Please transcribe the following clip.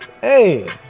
Hey